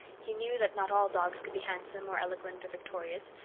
he knew that not all dogs could be handsome or eloquent or victorious,